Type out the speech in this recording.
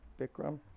Bikram